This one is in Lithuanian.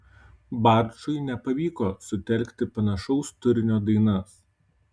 barčui nepavyko sutelkti panašaus turinio dainas